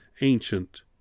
ancient